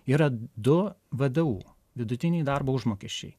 yra du vdu vidutiniai darbo užmokesčiai